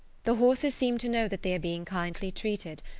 the horses seem to know that they are being kindly treated,